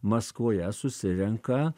maskvoje susirenka